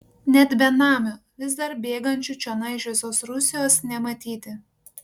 net benamių vis dar bėgančių čionai iš visos rusijos nematyti